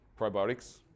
probiotics